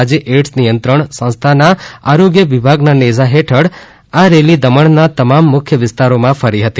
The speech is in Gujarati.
રાજ્ય ઍઈડસ નિયંત્રણ સંસ્થાન આરોગ્ય વિભાગના નેઝા હેઠળ આ રેલી દમણના તમામ મુખ્ય વિસ્તારોમાં ફરી હતી